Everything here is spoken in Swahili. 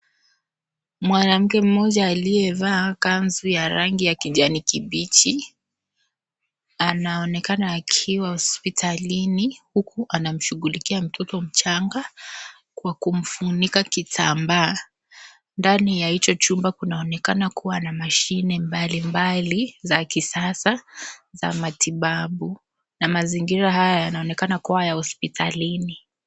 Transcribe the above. Mwanamke mmoja aliyevaa kanzu ya rangi ya kijani kibichi, anaonekana akiwa hospitalini huku anamshughulikia mtoto mchanga kwa kumfunika kitambaa. Ndani ya hicho chumba kunaonekana kuwa na mashine mbalimbali za kisasa za matibabu, na mazingira haya yanaonekana kuwa ya hospitalini.